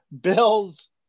Bills